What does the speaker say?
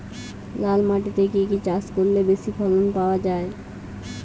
লাল মাটিতে কি কি চাষ করলে বেশি ফলন পাওয়া যায়?